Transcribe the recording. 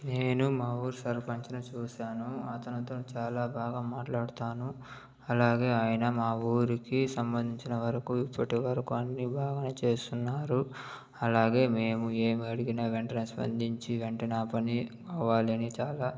నేను మా ఊరి సర్పంచిని చూసాను అతనితో చాలా బాగా మాట్లాడతాను అలాగే ఆయన మా ఊరికి సంబంధించినవరకు ఇప్పటివరకు అన్ని బాగా చేస్తున్నారు అలాగే మేము ఏమి అడిగినా వెంటనే స్పందించి వెంటనే ఆ పని అవ్వాలని చాలా